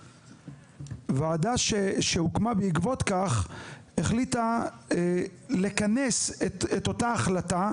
ועדה שהוקמה בעקבות כך החליטה לכנס את אותה החלטה,